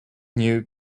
new